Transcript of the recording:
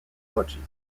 allergies